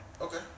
Okay